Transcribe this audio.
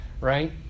right